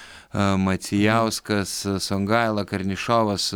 aa macijauskas songaila karnišovas